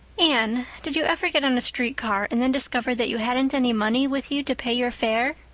anne, did you ever get on a street car and then discover that you hadn't any money with you to pay your fare?